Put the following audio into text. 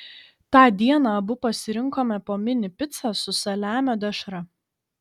tą dieną abu pasirinkome po mini picą su saliamio dešra